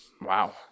Wow